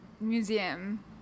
Museum